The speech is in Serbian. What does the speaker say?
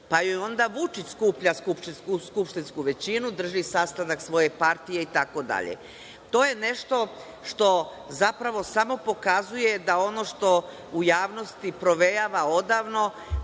pa joj onda Vučić skuplja skupštinsku većinu, drži sastanak svoje partije, itd. To je nešto što zapravo samo pokazuje da ono što u javnosti provejava odavno,